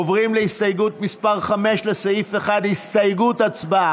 עוברים להסתייגות מס' 5, לסעיף 1. הצבעה.